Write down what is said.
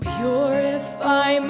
purify